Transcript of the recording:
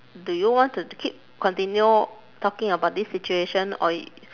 do you want to keep continue talking about this situation or